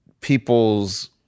people's